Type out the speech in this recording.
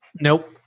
Nope